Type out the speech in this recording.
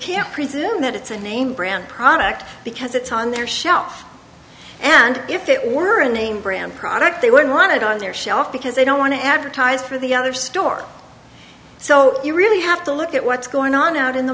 can't presume that it's a name brand product because it's on their shelf and if it were a name brand product they would want it on their shelf because they don't want to advertise for the other store so you really have to look at what's going on out in the